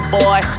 boy